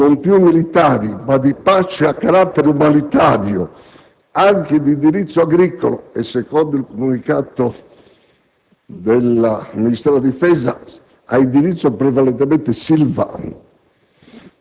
non più militari, ma di pace a carattere umanitario, anche ad indirizzo agricolo e - secondo il comunicato del Ministero della difesa - a indirizzo prevalentemente silvano